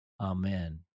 Amen